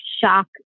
shock